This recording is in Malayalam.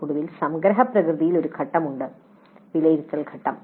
ഒടുവിൽ സംഗ്രഹപ്രകൃതിയിൽ ഒരു ഘട്ടം ഉണ്ട് വിലയിരുത്തൽ ഘട്ടം